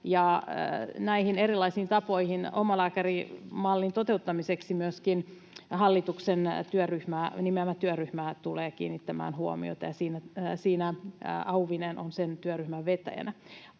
Näihin erilaisiin tapoihin omalääkärimallin toteuttamiseksi myöskin hallituksen nimeämä työryhmä tulee kiinnittämään huomiota, ja Auvinen on sen työryhmän vetäjänä.